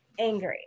angry